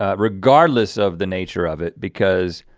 ah regardless of the nature of it, because